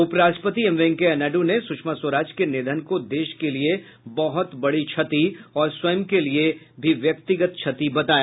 उप राष्ट्रपति एम वेंकैया नायड् ने सुषमा स्वराज के निधन को देश के लिए बहुत बड़ी क्षति और स्वयं के लिए भी व्यक्तिगत क्षति बताया